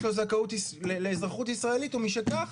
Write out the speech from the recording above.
יש לו זכאות לאזרחות ישראלית, ומשכך,